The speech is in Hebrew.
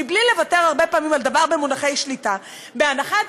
הרבה פעמים בלי לוותר על דבר במונחי שליטה,